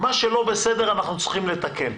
מה שלא בסדר אנחנו צריכים לתקן.